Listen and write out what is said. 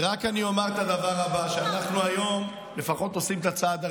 ואני רק אומר את הדבר הבא: שאנחנו היום לפחות עושים את הצעד הראשון.